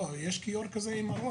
אם הוא צריך להרוויח הכול יושת על הלקוח.